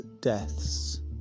deaths